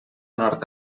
nord